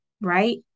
right